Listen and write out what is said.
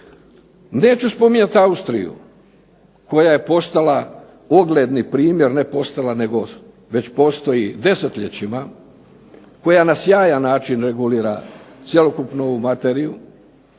Neću spominjati Austriju koja je postala ogledni primjer, ne postala već postoji desetljećima, koja na sjajan način regulira cjelokupnu ovu materiju,